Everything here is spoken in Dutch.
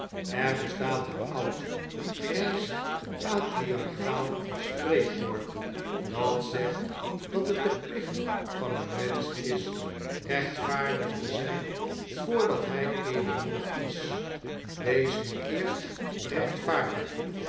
er bestaat een oud grijs patriarchaal spreekwoord dat zegt dat het de plicht van een mensch is rechtvaardig te zijn voordat hij edelmoedig is wees nu eerst rechtvaardig